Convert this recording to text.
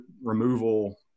removal